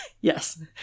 Yes